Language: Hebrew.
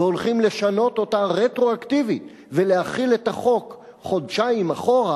והולכים לשנות אותה רטרואקטיבית ולהחיל את החוק חודשיים אחורה,